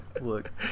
look